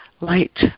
light